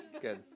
good